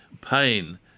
pain